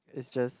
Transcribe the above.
it's just